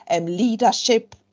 leadership